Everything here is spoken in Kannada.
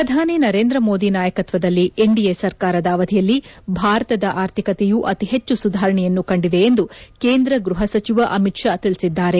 ಪ್ರಧಾನಿ ನರೇಂದ್ರ ಮೋದಿ ನಾಯಕತ್ವದಲ್ಲಿ ಎನ್ ದಿ ಎ ಸಕಾರದ ಅವಧಿಯಲ್ಲಿ ಭಾರತದ ಆರ್ಥಿಕತೆಯು ಅತಿ ಹೆಚ್ಚು ಸುಧಾರಣೆಯನ್ನು ಕಂಡಿದೆ ಎಂದು ಕೇಂದ್ರ ಗ್ಬಹ ಸಚಿವ ಅಮಿತ್ ಷಾ ತಿಳಿಸಿದ್ದಾರೆ